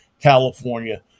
California